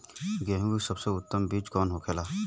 गेहूँ की सबसे उत्तम बीज कौन होखेला?